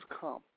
come